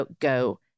go